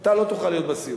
אתה לא תוכל להיות בסיור.